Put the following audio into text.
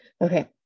Okay